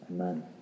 Amen